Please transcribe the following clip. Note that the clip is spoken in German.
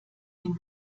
den